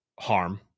harm